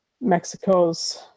Mexico's